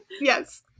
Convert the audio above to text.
Yes